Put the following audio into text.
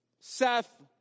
Seth